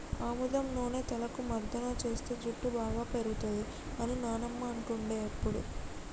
ఆముదం నూనె తలకు మర్దన చేస్తే జుట్టు బాగా పేరుతది అని నానమ్మ అంటుండే ఎప్పుడు